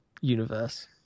universe